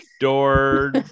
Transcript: Door